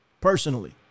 personally